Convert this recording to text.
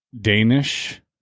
Danish